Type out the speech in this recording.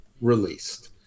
released